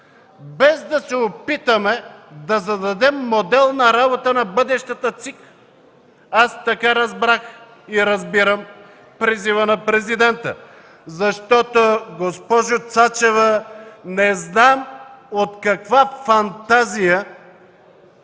без да се опитаме да зададем модел на работа на бъдещата ЦИК. Така разбрах и разбирам призива на президента. Госпожо Цачева, не знам от каква фантазия,